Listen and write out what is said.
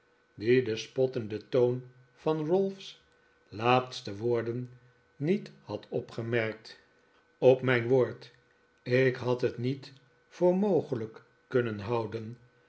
die den spottenden toon van ralph's laatste woorden niet had opgemerkt op mijn woord ik had het niet voor mogelijk kunnen houden